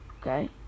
Okay